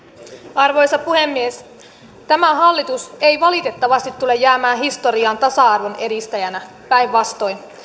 arvoisa puhemies tämä hallitus ei valitettavasti tule jäämään historiaan tasa arvon edistäjänä päinvastoin